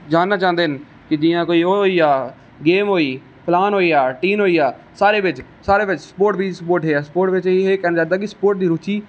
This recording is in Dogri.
जानना चांह्दे ना कि जि'यां कोई स्पोटस होई गेआ होई फलान होई गेआ टीन होई गेआ सारे बिच सपोट बिच ही स्पोटस ऐ एह कहना चांहदा कि स्पोट दी रुची